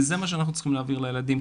וזה מה שאנחנו צריכים להעביר לילדים,